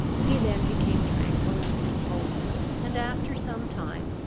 he then became tranquil and composed, and, after some time,